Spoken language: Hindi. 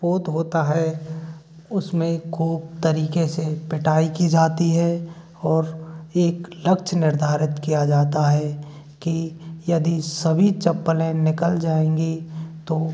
पोत होता है उसमें खूब तरीके से पिटाई की जाती है और एक लक्ष्य निर्धारित किया जाता है कि यदि सभी चप्पलें निकल जाएंगी तो